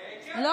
כן.